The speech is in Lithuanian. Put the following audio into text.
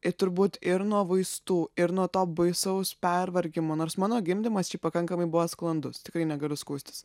ir turbūt ir nuo vaistų ir nuo to baisaus pervargimo nors mano gimdymas pakankamai buvo sklandus tikrai negaliu skųstis